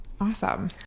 awesome